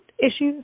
issues